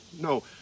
No